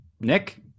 Nick